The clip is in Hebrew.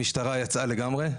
המשטרה יצאה לגמרי,